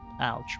ouch